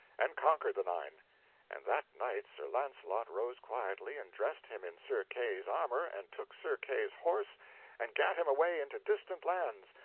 and conquered the nine and that night sir launcelot rose quietly, and dressed him in sir kay's armor and took sir kay's horse and gat him away into distant lands,